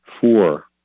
four